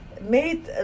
made